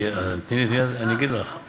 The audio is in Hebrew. תני לי, אז אגיד לך.